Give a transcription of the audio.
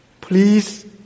Please